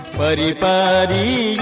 paripari